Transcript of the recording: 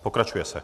Pokračuje se?